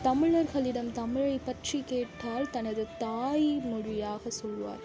தமிழர்களிடம் தமிழை பற்றிக் கேட்டால் தனது தாய்மொழியாக சொல்வார்கள்